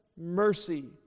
mercy